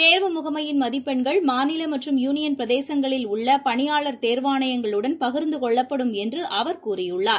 தேர்வு முகமையின் மதிப்பெண்கள் மாநிலமற்றும் யூனியன் பிரதேசங்களில் உள்ளபணியாளர் தேர்வாணையங்களுடன் பகிர்ந்துகொள்ளப்படும் என்றுஅவர் கூறியுள்ளார்